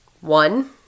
One